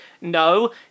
no